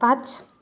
पाँच